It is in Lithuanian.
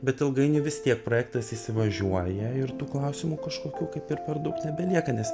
bet ilgainiui vis tiek projektas įsivažiuoja ir tų klausimų kažkokių kaip ir per daug nebelieka nes